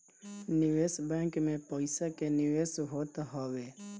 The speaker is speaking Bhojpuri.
निवेश बैंक में पईसा के निवेश होत हवे